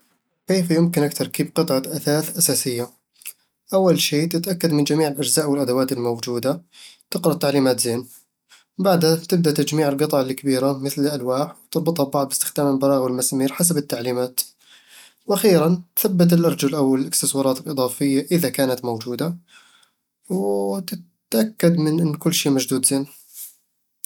كيف يمكنك تركيب قطعة أثاث أساسية؟ أول شي، تتأكد من جميع الأجزاء والأدوات الموجودة، وتقرأ التعليمات زين بعدها تبدأ بتجميع القطع الكبيرة مثل الألواح وتربطها ببعض باستخدام البراغي والمسامير حسب التعليمات وأخيراً، تثبت الأرجل أو الإكسسوارات الإضافية إذا كانت موجودة، و تتأكد من أن كل شيء مشدود زين